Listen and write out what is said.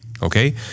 Okay